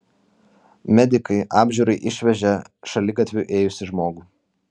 medikai apžiūrai išvežė šaligatviu ėjusį žmogų